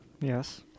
Yes